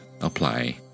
apply